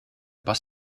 bus